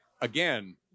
again